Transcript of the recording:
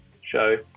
show